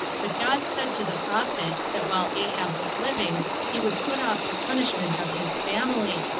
but god said to the prophet, that while ahab was living he would put off the punishment of his family,